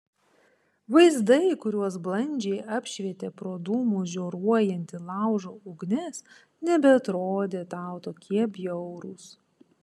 vaizdai kuriuos blandžiai apšvietė pro dūmus žioruojanti laužo ugnis nebeatrodė tau tokie bjaurūs